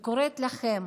ואני קוראת לכם,